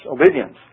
obedience